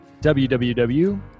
www